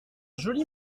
joli